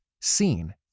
seen